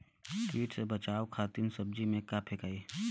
कीट से बचावे खातिन सब्जी में का फेकाई?